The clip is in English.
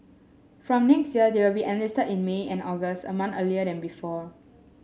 from next year they will be enlisted in May and August a month earlier than before